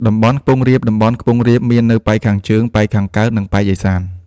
តំបន់ខ្ពង់រាប តំបន់ខ្ពង់រាបមាននៅប៉ែកខាងជើង ប៉ែកខាងកើត និងប៉ែកឦសាន ។